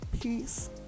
Peace